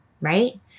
right